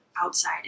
outside